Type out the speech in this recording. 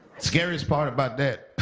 scariest part about that.